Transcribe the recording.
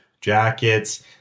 jackets